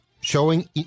showing